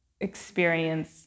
experience